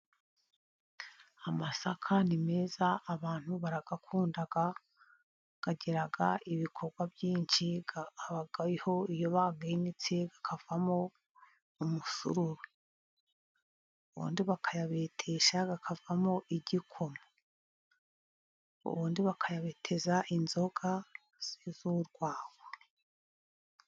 Amasaka ni meza abantu barayakunda, agira ibikorwa byinshi. Habaho iyo bayinitse hakavamo umusuru, ubundi bakayabetesha hakavamo igikoma ,ubundi bakayabeteza inzoga z'urwagwa.